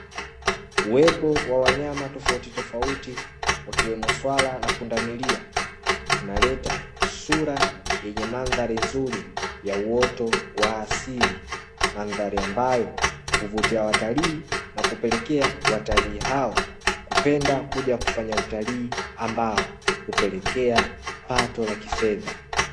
Uwepo wa wanyama tofauti tofauti wakiwemo swala na pundamilia, unaleta sura yenye mandhari nzuri ya uoto wa asili, mandhari ambayo huvutia watalii na kupelekea watalii hao kupenda kuja kufanya utalii ambao hupelekea pato la kifedha.